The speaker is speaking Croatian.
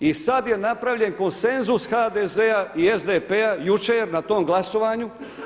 I sad je napravljen konsenzus HDZ-a i SDP-a jučer na tom glasovanju.